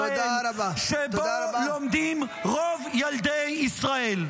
שבו לומדים רוב ילדי ישראל.